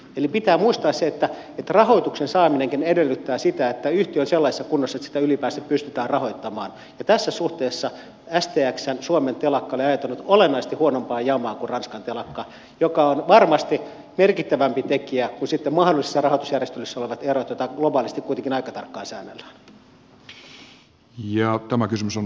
eli pitää muistaa se että rahoituksen saaminenkin edellyttää sitä että yhtiö on sellaisessa kunnossa että sitä ylipäänsä pystytään rahoittamaan ja tässä suhteessa stxn suomen telakka oli ajautunut olennaisesti huonompaan jamaan kuin ranskan telakka mikä on varmasti merkittävämpi tekijä kuin sitten mahdollisissa rahoitusjärjestelyissä olevat erot joita globaalisti kuitenkin aika tarkkaan säännellään